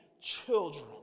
children